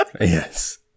Yes